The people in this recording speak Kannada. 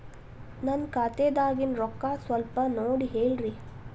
ನನ್ನ ಖಾತೆದಾಗಿನ ರೊಕ್ಕ ಸ್ವಲ್ಪ ನೋಡಿ ಹೇಳ್ರಿ